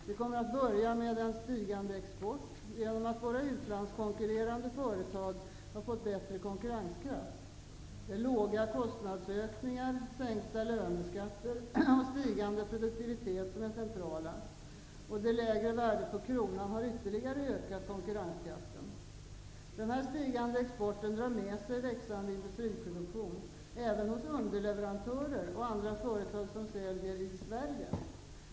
Det kommer att börja med en stigande export genom att våra utlandskonkurrerande företag har fått bättre konkurrenskraft. Låga kostnadsökningar, sänkta löneskatter och stigande produktivitet är det centrala. Det lägre värdet på kronan har ytterligare ökat konkurrenskraften. Den stigande exporten drar med sig växande industriproduktion även hos underleverantörer och andra företag som säljer i Sverige.